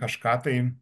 kažką tai